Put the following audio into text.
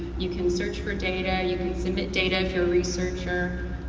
you can search for data, and you can submit data if you're a researcher.